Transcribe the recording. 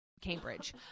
Cambridge